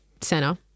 center